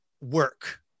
work